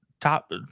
top